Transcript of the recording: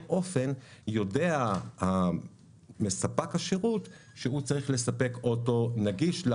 אופן יודע ספק השירות שהוא צריך לספק אוטו נגיש.